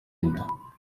inda